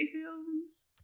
films